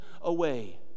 away